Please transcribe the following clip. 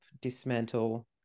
dismantle